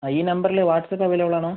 ആ ഈ നമ്പറിൽ വാട്ട്സ്ആപ്പ് അവൈലബിൾ ആണോ